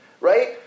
right